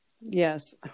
Yes